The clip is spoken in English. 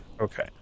okay